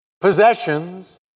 possessions